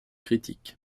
critique